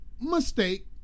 mistake